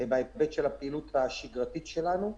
בהיבט של הפעילות השגרתית שלנו,